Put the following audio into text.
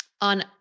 on